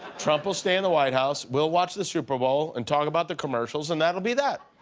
trump will stay in the white house. we'll watch the super bowl and talk about the commercials, and that will be that.